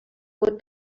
would